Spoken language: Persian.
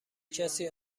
کسی